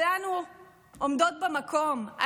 שלנו עומדות במקום,